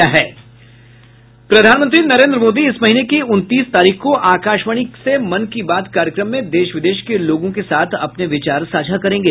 प्रधानमंत्री नरेंद्र मोदी इस महीने की उनतीस तारीख को आकाशवाणी के मन की बात कार्यक्रम में देश विदेश के लोगों के साथ अपने विचार साझा करेंगे